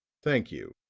thank you,